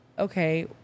Okay